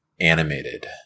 animated